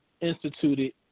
instituted